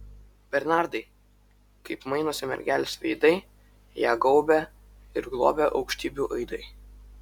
bernardai kaip mainosi mergelės veidai ją gaubia ir globia aukštybių aidai